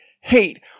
hate